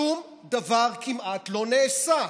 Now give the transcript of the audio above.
שום דבר כמעט לא נעשה.